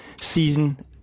season